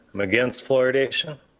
i'm against fluoridation.